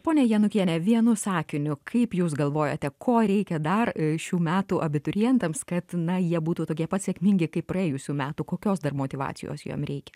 ponia janukiene vienu sakiniu kaip jūs galvojate ko reikia dar šių metų abiturientams kad na jie būtų tokie pat sėkmingi kaip praėjusių metų kokios dar motyvacijos jiem reikia